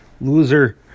loser